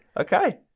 okay